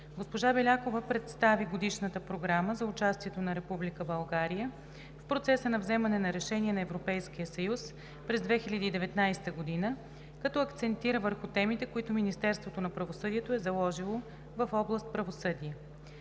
Госпожа Белякова представи Годишната програма за участието на Република България в процеса на вземане на решения на Европейския съюз през 2019 г., като акцентира върху темите, които Министерството на правосъдието е заложило в област „Правосъдие“.